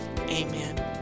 amen